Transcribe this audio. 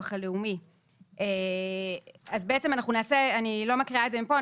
הלאומי - אז בעצם אני לא מקריאה את זה מפה.